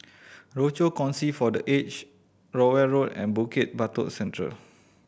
Rochor Kongsi for The Aged Rowell Road and Bukit Batok Central